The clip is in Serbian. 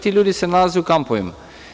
Ti ljude se nalaze u kampovima.